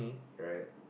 right